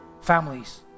families